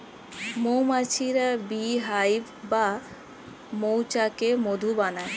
মৌমাছিরা bee hive বা মৌচাকে মধু বানায়